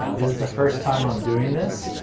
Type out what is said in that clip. ah this is the first time i'm doing this,